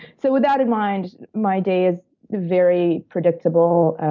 so, with that in mind, my day is very predictable.